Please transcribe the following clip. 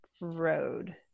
road